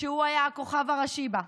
שהוא היה הכוכב הראשי בה?